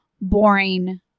boring